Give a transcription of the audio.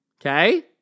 Okay